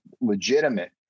legitimate